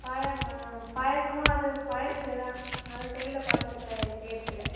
பாயாசம் பாயாசமும் அது பழசே தான் அதை செல்லில் பார்த்து செ செய்கிறதில்ல